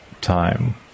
time